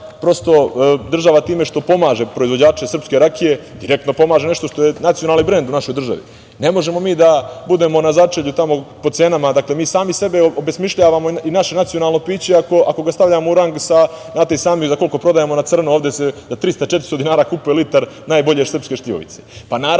da država time što pomaže proizvođače srpske rakije, direktno pomaže nešto što je nacionalni brend u našoj državi. Ne možemo da budemo na začelju po cenama. Mi sami sebe obesmišljavamo i naše nacionalno piće, ako ga stavljamo u rang, znate i sami za koliko se prodaje na crno, za 300, 400 dinar litar najbolje srpske šljivovice. Naravno